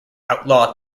outlaw